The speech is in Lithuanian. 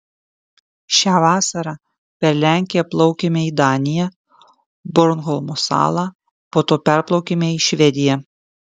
šią vasarą per lenkiją plaukėme į daniją bornholmo salą po to perplaukėme į švediją